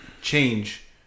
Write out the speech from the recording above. change